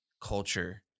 culture